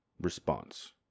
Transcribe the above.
response